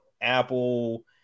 Apple